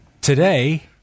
Today